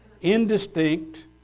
indistinct